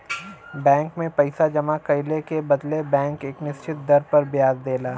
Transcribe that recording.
bank में पइसा जमा कइले के बदले बैंक एक निश्चित दर पर ब्याज देला